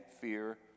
fear